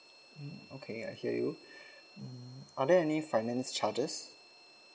mm okay I hear you mm are there any finance charges